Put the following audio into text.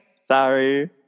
sorry